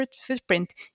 footprint